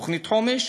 תוכנית חומש,